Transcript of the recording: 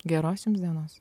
geros jums dienos